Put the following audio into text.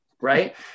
Right